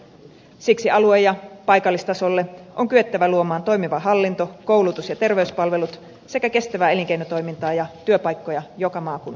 siksi alue ja paikallistasolle on kyettävä luomaan toimiva hallinto koulutus ja terveyspalvelut sekä kestävää elinkeinotoimintaa ja työpaikkoja joka maakunnassa